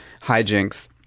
hijinks